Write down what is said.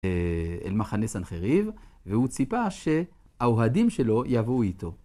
אל מחנה סנחריב, והוא ציפה שהאוהדים שלו יבואו איתו.